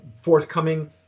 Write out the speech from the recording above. forthcoming